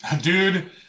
Dude